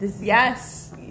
Yes